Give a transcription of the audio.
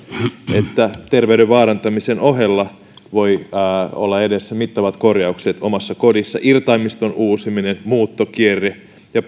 että terveyden vaarantamisen ohella voi olla edessä mittavat korjaukset omassa kodissa irtaimiston uusiminen muuttokierre ja